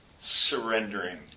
surrendering